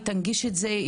היא תנגיש את זה,